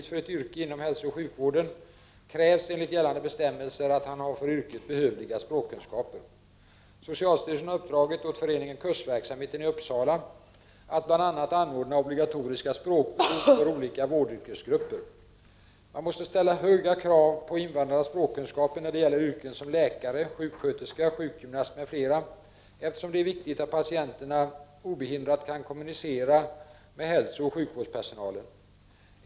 För att den som genomgått utbildning utomlands skall kunna få kompetensbevis för ett yrke inom hälsooch sjukvården krävs enligt gällande bestämmelser att han har för yrket behövliga språkkunskaper. Socialstyrelsen har uppdragit åt föreningen Kursverksamheten i Uppsala att bl.a. anordna obligatoriska språkprov för olika vårdyrkesgrupper. Man måste ställa höga krav på invandrarnas språkkunskaper när det gäller yrken som läkare, sjuksköterska, sjukgymnast m.fl., eftersom det är viktigt att patienterna obehindrat kan kommunicera med hälsooch sjukvårdspersonalen.